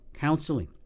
counseling